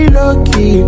lucky